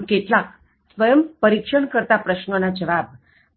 આમ કેટલાક સ્વયંપરિક્ષણ કરતા પ્રશ્નોના જવાબ